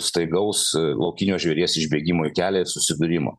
staigaus laukinio žvėries išbėgimo į kelią ir susidūrimo